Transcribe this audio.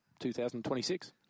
2026